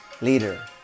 leader